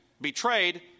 betrayed